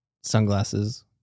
sunglasses